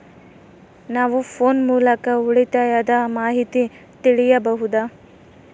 ನಾವು ಫೋನ್ ಮೂಲಕ ಉಳಿತಾಯದ ಮಾಹಿತಿ ತಿಳಿಯಬಹುದಾ?